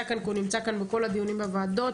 כאן כי הוא נמצא כאן בכל הדיונים בוועדות,